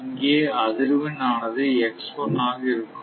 இங்கே அதிர்வெண் ஆனது ஆக இருக்கும்